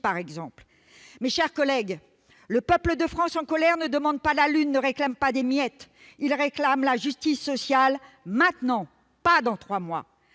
Mes chers collègues, le peuple de France en colère ne demande ni la lune ni des miettes, il réclame la justice sociale, maintenant, pas dans trois mois